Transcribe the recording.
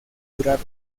curar